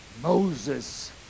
Moses